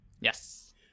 Yes